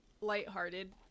lighthearted